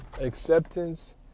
acceptance